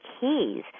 keys